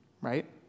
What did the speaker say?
right